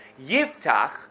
Yiftach